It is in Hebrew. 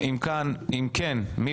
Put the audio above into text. אם כן, מי